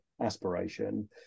aspiration